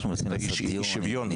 אנחנו מנסים להגיע לדיון ענייני.